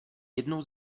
jednou